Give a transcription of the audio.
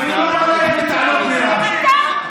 ברוך הבא,